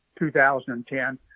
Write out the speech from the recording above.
2010